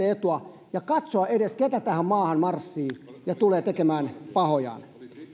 etua ja katsoa edes ketä tähän maahan marssii ja tulee tekemään pahojaan